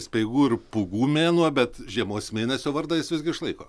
speigų ir pūgų mėnuo bet žiemos mėnesio vardą jis visgi išlaiko